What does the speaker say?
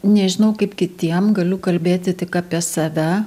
nežinau kaip kitiem galiu kalbėti tik apie save